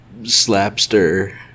Slapster